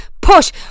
push